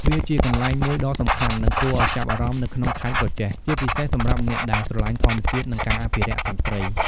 វាជាកន្លែងមួយដ៏សំខាន់ និងគួរឱ្យចាប់អារម្មណ៍នៅក្នុងខេត្តក្រចេះ ជាពិសេសសម្រាប់អ្នកដែលស្រឡាញ់ធម្មជាតិ និងការអភិរក្សសត្វព្រៃ ។